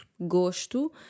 Gosto